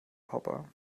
papa